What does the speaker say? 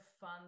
fun